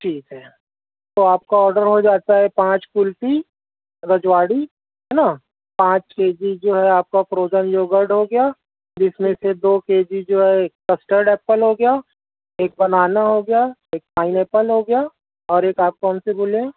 ٹھیک ہے تو آپ کا آرڈر ہو جاتا ہے پانچ کلفی رجواڑی ہے نا پانچ کے جی جو ہے آپ کا پروجن یو یوگرڈ ہو گیا جس میں سے دو کے جی جو ہے کسٹرڈ ایپل ہو گیا ایک بنانا ہو گیا ایک پائن ایپل ہوگیا اور ایک آپ کون سی بولے ہیں